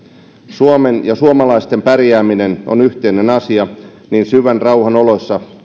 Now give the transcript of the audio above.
suomen ja suomalaisten pärjääminen on yhteinen asia niin syvän rauhan oloissa